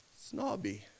snobby